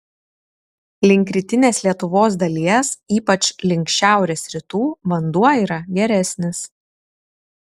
link rytinės lietuvos dalies ypač link šiaurės rytų vanduo yra geresnis